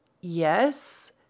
yes